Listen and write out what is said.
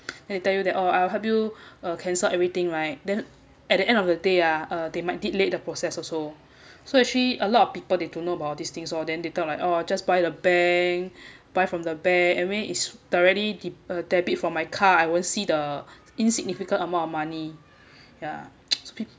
then they tell you that oh I'll help you uh cancel everything right then at the end of the day ah uh they might delay the process also so actually a lot of people they don't know about these things or then they thought like oh just buy the bank buy from the bank anyway is directly de~ uh debit from my car I won't see the insignificant amount of money yeah